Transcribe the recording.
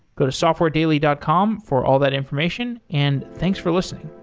go to softwaredaily dot com for all that information, and thanks for listening.